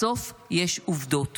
בסוף יש עובדות.